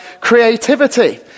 creativity